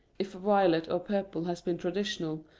if violet or purple has been traditional,